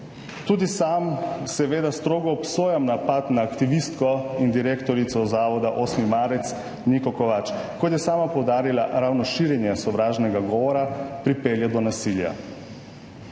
Tudi sam seveda strogo obsojam napad na aktivistko in direktorico Zavoda 8. marec Niko Kovač. Kot je sama poudarila, ravno širjenje sovražnega govora pripelje do nasilja.